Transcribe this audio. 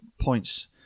points